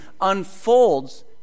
unfolds